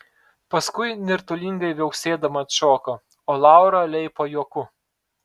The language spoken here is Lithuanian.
paskui nirtulingai viauksėdama atšoko o laura leipo juoku